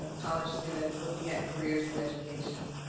and college students looking at careers in education.